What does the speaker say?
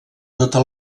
tota